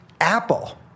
Apple